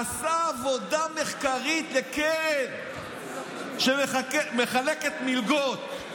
עשה עבודה מחקרית לקרן שמחלקת מלגות.